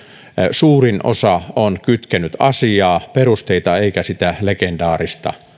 suurin osa on kytkenyt asiaa perusteita eikä sitä legendaarista